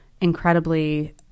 incredibly